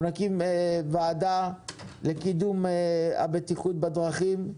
אנחנו נקים ועדה לקידום הבטיחות בדרכים,